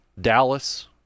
Dallas